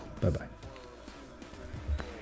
Bye-bye